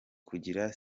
kugira